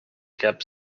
kept